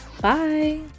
Bye